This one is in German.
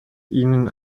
ihnen